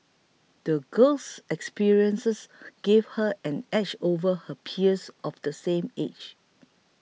the girl's experiences gave her an edge over her peers of the same age